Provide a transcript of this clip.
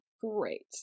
great